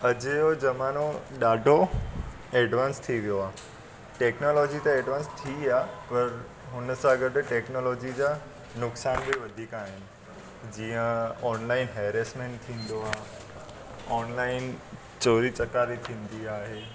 अॼु जो ज़मानो ॾाढो ऐडवांस थी वियो आहे टैक्नोलॉजी त एडवांस थी आहे पर हुन सां गॾु टैक्नोलॉजी जा नुक़सान बि वधीक आहिनि जीअं ऑनलाइन हैरेसमेंट थींदो आहे ऑनलाइन चोरी चकारी थींदी आहे